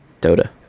Dota